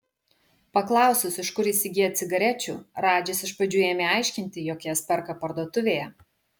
paklausus iš kur įsigyja cigarečių radžis iš pradžių ėmė aiškinti jog jas perka parduotuvėje